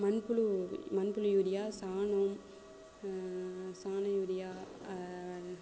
மண்புழு மண்புழு யூரியா சாணம் சாண யூரியா